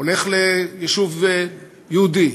הולך ליישוב יהודי,